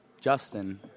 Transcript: Justin